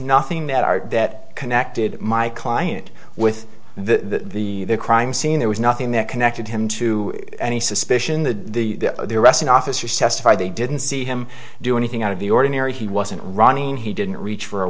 nothing that art that connected my client with the the crime scene there was nothing that connected him to any suspicion the the the arresting officers testified they didn't see him do anything out of the ordinary he wasn't running he didn't reach for a